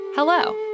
Hello